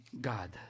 God